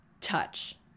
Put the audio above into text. touch